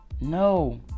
No